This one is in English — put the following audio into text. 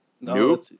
No